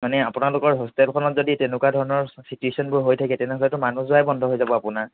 মানে আপোনালোকৰ হোটেলখনত যদি তেনেকুৱা ধৰণৰ চিটুৱেশ্যনবোৰ হৈ থাকে তেনেহ'লেতো মানুহ যোৱাই বন্ধ হৈ যাব আপোনাৰ